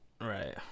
Right